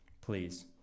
please